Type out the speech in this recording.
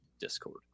Discord